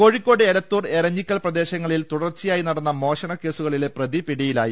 കോഴിക്കോട് എലത്തൂർ എരഞ്ഞിക്കൽ പ്രദേശങ്ങളിൽ തുടർച്ച യായി നടന്ന മോഷണ കേസുക്ളിലെ പ്രതി പിടിയിലായി